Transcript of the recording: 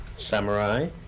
samurai